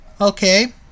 okay